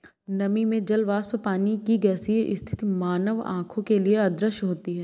नमी में जल वाष्प पानी की गैसीय स्थिति मानव आंखों के लिए अदृश्य होती है